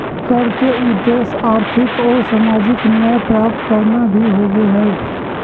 कर के उद्देश्य आर्थिक और सामाजिक न्याय प्राप्त करना भी होबो हइ